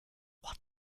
what